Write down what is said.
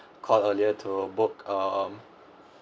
called earlier to book um